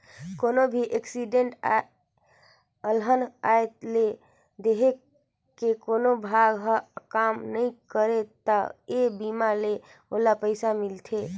कोनो भी एक्सीडेंट य अलहन आये ले देंह के कोनो भाग हर काम नइ करे त ए बीमा ले ओला पइसा मिलथे